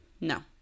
No